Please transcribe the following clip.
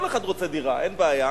כל אחד רוצה דירה, אין בעיה.